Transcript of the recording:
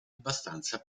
abbastanza